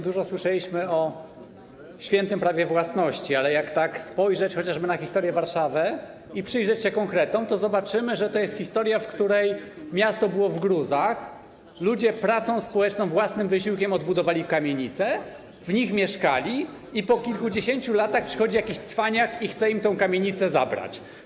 Dużo słyszeliśmy tutaj o świętym prawie własności, ale jeśli spojrzymy chociażby na historię Warszawy i przyjrzymy się konkretom, to zobaczymy, że to jest historia, w której miasto było w gruzach, ludzie pracą społeczną i własnym wysiłkiem odbudowali kamienice, mieszkali w nich i po kilkudziesięciu latach przychodzi jakiś cwaniak i chce im tę kamienicę zabrać.